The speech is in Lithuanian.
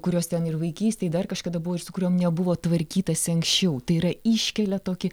kurios ten ir vaikystėj dar kažkada buvo ir su kuriom nebuvo tvarkytasi anksčiau tai yra iškelia tokį